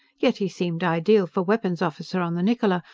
yet he seemed ideal for weapons officer on the niccola,